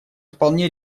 вполне